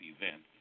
event